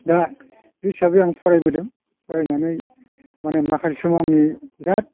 दा बे हिसाबै आं फरायबोदों फरायनानै मानि माखासे समाव आंनि बिराद